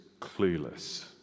clueless